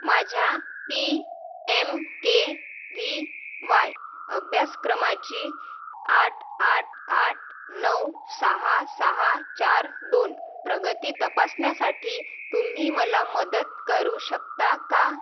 माझ्या P M K V Y अभ्यासक्रमाची आठ आठ आठ नऊ सहा सहा चार दोन प्रगती तपासण्यासाठी तुम्ही मला मदत करू शकता का